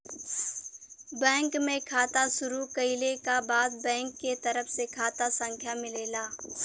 bank में खाता शुरू कइले क बाद बैंक के तरफ से खाता संख्या मिलेला